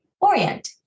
Orient